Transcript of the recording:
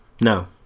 No